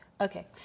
okay